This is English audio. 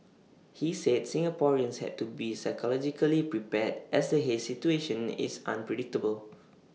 he said Singaporeans had to be psychologically prepared as the haze situation is unpredictable